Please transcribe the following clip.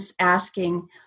asking